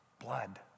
blood